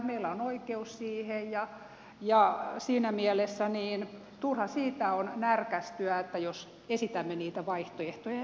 meillä on oikeus siihen ja siinä mielessä siitä on turha närkästyä jos esitämme niitä vaihtoehtoja ja perustelemme ne